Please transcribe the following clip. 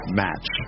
match